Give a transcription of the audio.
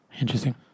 Interesting